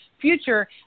future